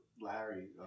Larry